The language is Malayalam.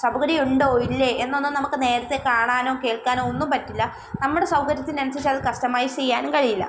സൗകര്യം ഉണ്ടോ ഇല്ലേ എന്നൊന്നും നമുക്ക് നേരത്തെ കാണാനോ കേൾക്കാനോ ഒന്നും പറ്റില്ല നമ്മുടെ സൗകര്യത്തിന് അനുസരിച്ച് അത് കസ്റ്റമൈസ് ചെയ്യാനും കഴിയില്ല